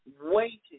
waiting